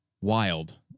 wild